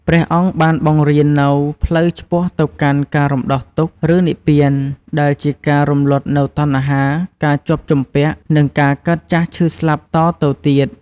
ព្រះអង្គបានបង្រៀននូវ ផ្លូវឆ្ពោះទៅកាន់ការរំដោះទុក្ខ ឬនិព្វាន ដែលជាការរំលត់នូវតណ្ហា ការជាប់ជំពាក់ និងការកើតចាស់ឈឺស្លាប់តទៅទៀត។